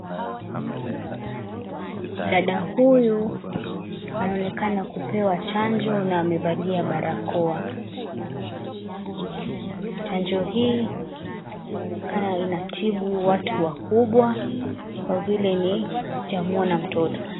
Dada huyu anaonekana kupewa chanjo na amevalia barakoa. Chanjo hii inaonekana inatibu watu wakubwa kwa vile sijamuona mtoto.